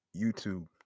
YouTube